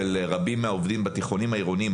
כמו של רבים מהעובדים בתיכונים העירוניים.